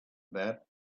that